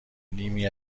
نیمی